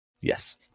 Yes